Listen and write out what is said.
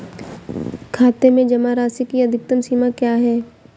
खाते में जमा राशि की अधिकतम सीमा क्या है?